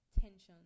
tensions